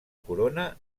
corona